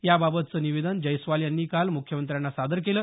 याबाबतचं निवेदन जैस्वाल यांनी काल मुख्यमंत्र्यांना सादर केलं